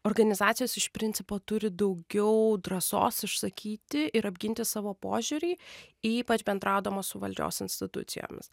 organizacijos iš principo turi daugiau drąsos išsakyti ir apginti savo požiūrį ypač bendraudamos su valdžios institucijomis